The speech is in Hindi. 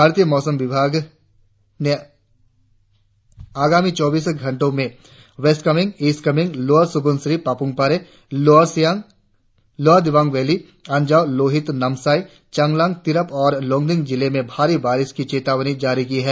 भारतीय मौसम विभाग ने आगामी चौबीस घंटों में west Kameng east Kameng lower Subansiri Papum Pare lower Siang lower Dibang valley Anjaw Lohit Namsai Changlang Tirap और लोंगडिंग जिले में भारी बारिश की चेतावनी जारी की है